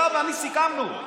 אתה ואני סיכמנו,